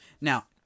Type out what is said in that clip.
Now